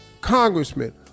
congressman